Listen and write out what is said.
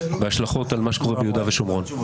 וההשלכות על מה שקורה ביהודה ושומרון?